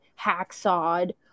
hacksawed